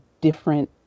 different